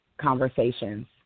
conversations